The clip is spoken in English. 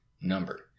number